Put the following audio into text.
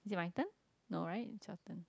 is it my turn no right it's your turn